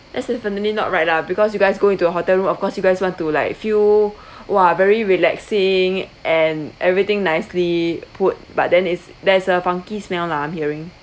that's definitely not right lah because you guys go into a hotel room of course you guys want to like feel !wah! very relaxing and everything nicely put but then it's there's a funky smell lah I'm hearing